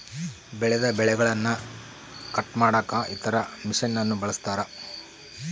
ಬೆಳೆದ ಬೆಳೆಗನ್ನ ಕಟ್ ಮಾಡಕ ಇತರ ಮಷಿನನ್ನು ಬಳಸ್ತಾರ